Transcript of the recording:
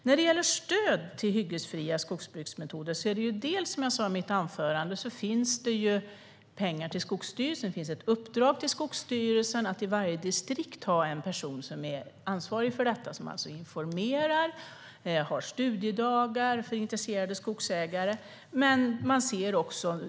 När det gäller stöd till hyggesfria skogsbruksmetoder finns det pengar och ett uppdrag till Skogsstyrelsen att i varje distrikt ha en person som är ansvarig för detta och som alltså informerar och har studiedagar för intresserade skogsägare.